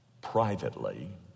privately